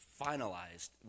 finalized